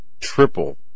Triple